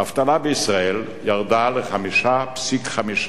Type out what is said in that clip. האבטלה בישראל ירדה ל-5.5%.